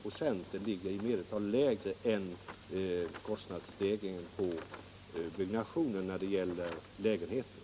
Denna ökning ligger i genomsnitt lägre än kostnadsstegringen när det gäller byggandet av lägenheter.